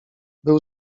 był